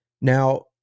Now